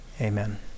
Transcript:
amen